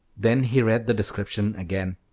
then he read the description again